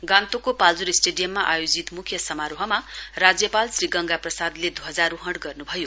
गान्तोकको पाल्जोर स्टेडियममा आयोजित मुख्य समारोहमा राज्यपाल श्री गङ्गा प्रसादले ध्वजारोहण गर्नुभयो